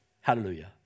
Hallelujah